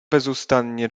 bezustannie